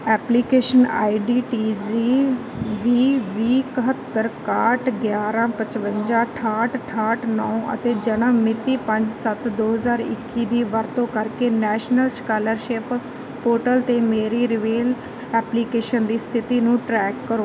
application I D T G ਵੀਹ ਵੀਹ ਇਕਹੱਤਰ ਇਕਾਹਠ ਗਿਆਰ੍ਹਾਂ ਪਚਵੰਜਾ ਅਠਾਹਠ ਅਠਾਹਠ ਨੌ ਅਤੇ ਜਨਮ ਮਿਤੀ ਪੰਜ ਸੱਤ ਦੋ ਹਜ਼ਾਰ ਇੱਕੀ ਦੀ ਵਰਤੋਂ ਕਰਕੇ ਨੈਸ਼ਨਲ ਸਕਾਲਰਸ਼ਿਪ ਪੋਰਟਲ 'ਤੇ ਮੇਰੀ ਰਿਵੀਲ ਐਪਲੀਕੇਸ਼ਨ ਦੀ ਸਥਿਤੀ ਨੂੰ ਟਰੈਕ ਕਰੋ